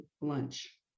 lunch